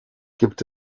gibt